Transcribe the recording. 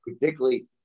particularly